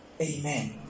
Amen